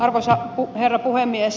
arvoisa herra puhemies